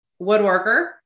woodworker